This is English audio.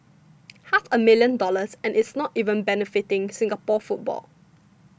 half a million dollars and it's not even benefiting Singapore football